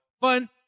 fun